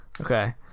okay